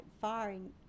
firing